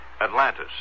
Atlantis